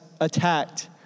attacked